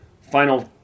final